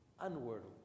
unworldly